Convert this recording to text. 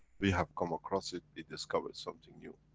we have come across it, we discover something new.